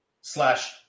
slash